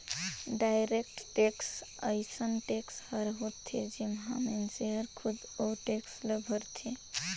direct tax अइसन tax हर होथे जेम्हां मइनसे हर खुदे ओ टेक्स ल भरथे